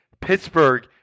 Pittsburgh